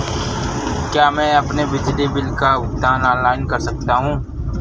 क्या मैं अपने बिजली बिल का भुगतान ऑनलाइन कर सकता हूँ?